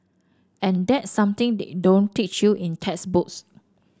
and that something they don't teach you in textbooks